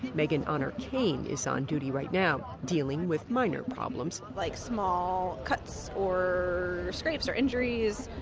megan honor caine is on duty right now, dealing with minor problems like small cuts or scrapes or injuries.